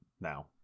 now